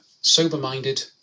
Sober-minded